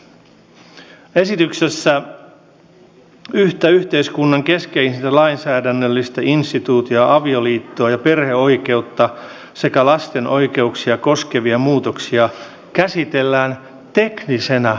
esityksessä yhtä yhteiskunnan keskeisintä lainsäädännöllistä instituutiota avioliittoa ja perheoikeutta sekä lasten oikeuksia koskevia muutoksia käsitellään teknisenä muutoksena